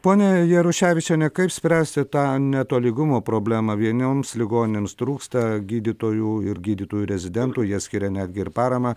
ponia jaruševičiene kaip spręsti tą netolygumo problemą vienoms ligoninėms trūksta gydytojų ir gydytojų rezidentų jie skiria netgi ir paramą